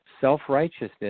self-righteousness